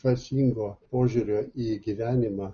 prasmingo požiūrio į gyvenimą